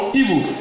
evil